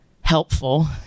helpful